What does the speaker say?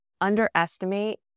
underestimate